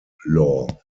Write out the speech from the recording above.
law